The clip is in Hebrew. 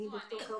אני חוקרת בתחום